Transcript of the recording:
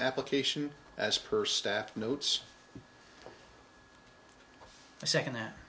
application as per staff notes i second that